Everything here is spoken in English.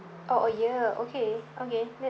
oh a year okay okay